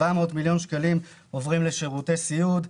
700 מיליון שקלים עוברים לשירותי סיעוד.